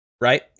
right